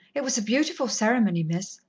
it was a beautiful ceremony, miss.